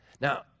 Now